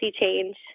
change